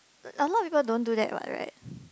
a lot of people don't do that what right